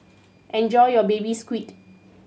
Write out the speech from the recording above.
enjoy your Baby Squid